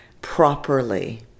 properly